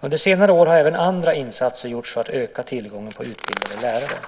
Under senare år har även andra insatser gjorts för att öka tillgången på utbildade lärare.